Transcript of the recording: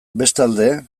bestalde